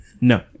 No